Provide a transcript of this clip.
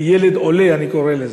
ילד עולה אני קורא לזה,